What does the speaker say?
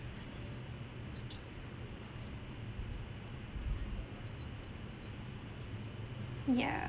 yeah